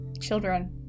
children